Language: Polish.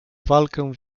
walkę